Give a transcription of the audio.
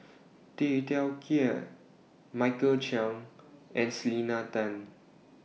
Tay Teow Kiat Michael Chiang and Selena Tan